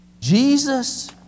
Jesus